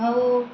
ଆଉ